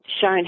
shown